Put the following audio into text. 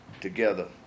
together